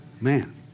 Man